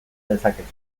dezakezu